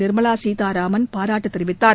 நிர்மலா சீதாராமன் பாராட்டு தெரிவித்தார்